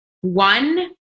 one